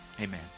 amen